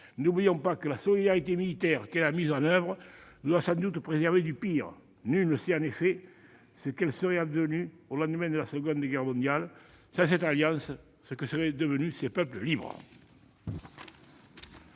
n'oublions pas que la solidarité militaire qu'elle a mise en oeuvre nous a sans doute préservés du pire. Nul ne sait, en effet, ce qu'il serait advenu au lendemain de la Seconde Guerre mondiale sans cette alliance de peuples libres.